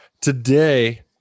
today